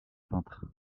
peintre